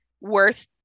worth